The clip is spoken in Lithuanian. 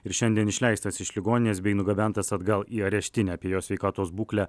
ir šiandien išleistas iš ligoninės bei nugabentas atgal į areštinę apie jo sveikatos būklę